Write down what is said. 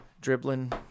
dribbling